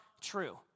true